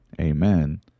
amen